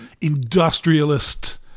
industrialist